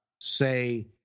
say